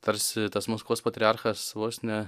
tarsi tas maskvos patriarchas vos ne